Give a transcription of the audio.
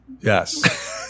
Yes